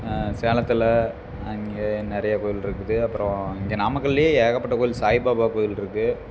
சேலத்தில் அங்கே நிறைய கோவில் இருக்குது அப்புறம் இங்கே நாமக்கல்லேயே ஏகப்பட்ட கோவில் சாய்பாபா கோவில் இருக்குது